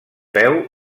peu